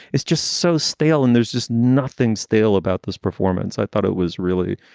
it's just so stale and there's just nothing stale about this performance i thought it was really,